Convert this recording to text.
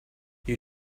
you